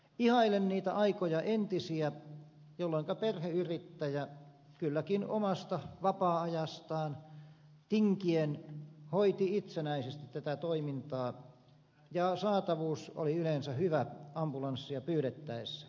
ihailen niitä aikoja entisiä jolloinka perheyrittäjä kylläkin omasta vapaa ajastaan tinkien hoiti itsenäisesti tätä toimintaa ja saatavuus oli yleensä hyvä ambulanssia pyydettäessä